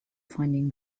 finding